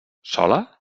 sola